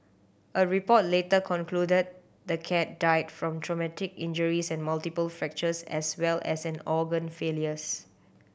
a report later concluded the cat died from traumatic injuries and multiple fractures as well as an organ failures